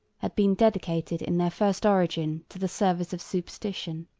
had been dedicated in their first origin to the service of superstition.